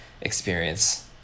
experience